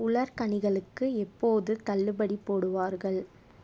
உலர்கனிகளுக்கு எப்போது தள்ளுபடி போடுவார்கள்